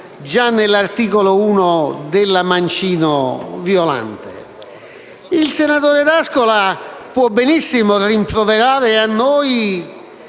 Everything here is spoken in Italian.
già nell'articolo 1 della legge Mancino-Violante, il senatore D'Ascola può benissimo rimproverare a noi